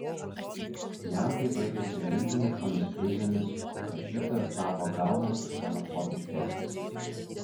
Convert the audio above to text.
jam tai baigėsi milžiniškomis krizėmis rašytojas tapo gal net ksenofobiškesnis